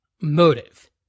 Motive